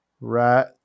right